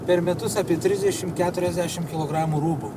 per metus apie trisdešim keturiasdešim kilogramų rūbų